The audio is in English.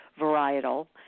varietal